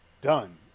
done